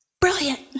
Brilliant